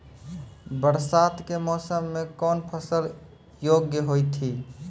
बरसात के मौसम मे कौन फसल योग्य हुई थी?